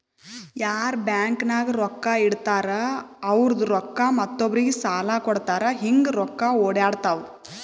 ಯಾರ್ ಬ್ಯಾಂಕ್ ನಾಗ್ ರೊಕ್ಕಾ ಇಡ್ತಾರ ಅವ್ರದು ರೊಕ್ಕಾ ಮತ್ತೊಬ್ಬರಿಗ್ ಸಾಲ ಕೊಡ್ತಾರ್ ಹಿಂಗ್ ರೊಕ್ಕಾ ಒಡ್ಯಾಡ್ತಾವ